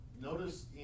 notice